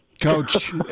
Coach